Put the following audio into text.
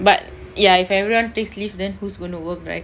but ya if everyone takes leave then who's going to work right